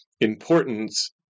importance